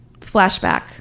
flashback